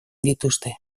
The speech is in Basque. dituzte